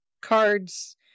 cards